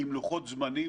עם לוחות זמנים,